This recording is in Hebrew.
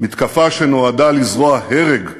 מתקפה שנועדה לזרוע הרג,